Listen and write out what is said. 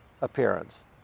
appearance